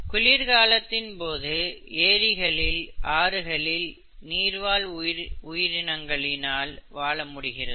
குளிர்காலத்தின் போது ஏரிகளில் ஆறுகளில் நீர் வாழ் உயிரினங்களினால் வாழ முடிகிறது